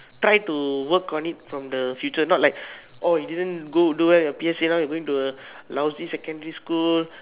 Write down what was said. try to work on it from the future not like oh you didn't go do well in your P_S_L_E now you're going to a lousy secondary school